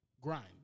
grind